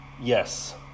yes